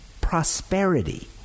prosperity